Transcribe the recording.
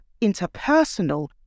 interpersonal